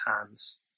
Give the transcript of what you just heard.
hands